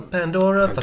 Pandora